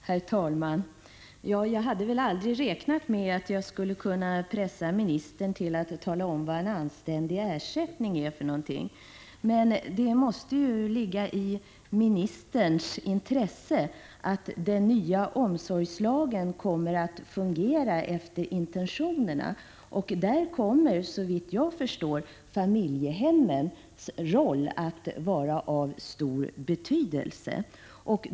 Herr talman! Jag hade inte räknat med att jag skulle kunna pressa ministern till att tala om hur stor en anständig ersättning borde vara, men det måste ligga i ministerns intresse att den nya omsorgslagen kommer att fungera efter intentionerna. I det avseendet kommer, såvitt jag förstår, familjehemmens roll att bli av stor betydelse.